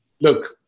look